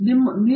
professor